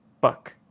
buck